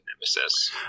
Nemesis